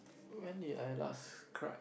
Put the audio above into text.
when did I last cry